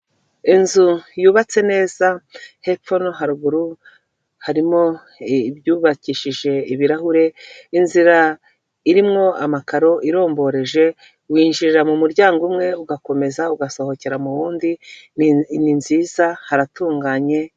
Inzu yubatse neza hepfo no haruguru harimo ahubakishije ibirahure inzira irimwo amakaro iromboje winjirira mu muryango umwe ugakomeza ugasohokera mu wundi ni nziza haratunganye.